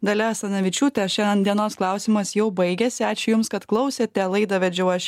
dalia asanavičiūte šiandien dienos klausimas jau baigėsi ačiū jums kad klausėte laidą vedžiau aš